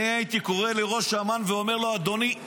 אני הייתי קורא לראש אמ"ן ואומר לו: אדוני,